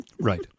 Right